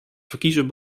verkiezen